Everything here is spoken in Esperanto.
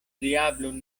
diablon